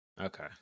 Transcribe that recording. Okay